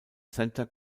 center